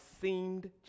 seemed